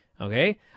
okay